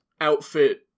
outfit